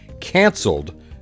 canceled